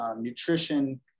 nutrition